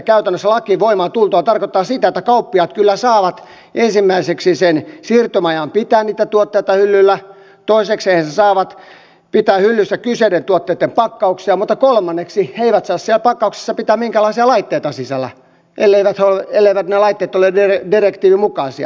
käytännössä laki voimaan tultuaan tarkoittaa sitä että kauppiaat kyllä saavat ensimmäiseksi sen siirtymäajan pitää niitä tuotteita hyllyllä toisekseen he saavat pitää hyllyssä kyseisten tuotteitten pakkauksia mutta kolmanneksi he eivät saa siellä pakkauksissa pitää minkäänlaisia laitteita sisällä elleivät ne laitteet ole direktiivin mukaisia